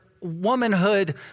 womanhood